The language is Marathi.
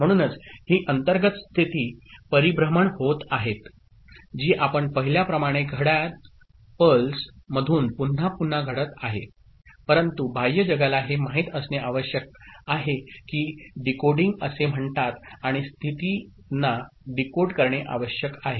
म्हणूनच ही अंतर्गत स्थिती परिभ्रमण होत आहेत जी आपण पाहिल्याप्रमाणे घड्याळ दोलन पल्स मधून पुन्हा पुन्हा घडत आहेत परंतु बाह्य जगाला हे माहित असणे आवश्यक आहे की डिकोडिंग असे म्हणतात आणि स्थितीना डीकोड करणे आवश्यक आहे